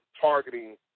targeting